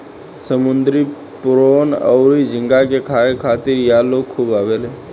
समुंद्री प्रोन अउर झींगा के खाए खातिर इहा लोग खूब आवेले